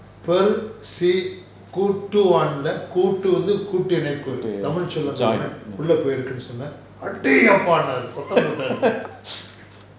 அது:athu